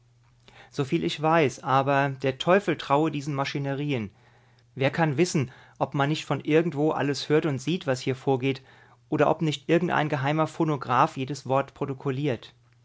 soviel ich weiß aber der teufel traue diesen maschinerien wer kann wissen ob man nicht von irgendwo alles hört und sieht was hier vorgeht oder ob nicht irgendein geheimer phonograph jedes wort